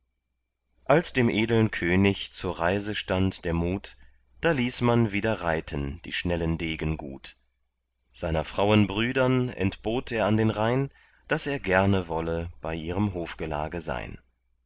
als dem edeln könig zur reise stand der mut da ließ man wieder reiten die schnellen degen gut seiner frauen brüdern entbot er an den rhein daß er gerne wolle bei ihrem hofgelage sein